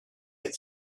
had